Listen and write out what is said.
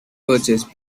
purchase